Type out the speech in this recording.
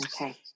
okay